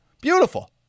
Beautiful